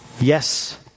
yes